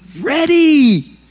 ready